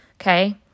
okay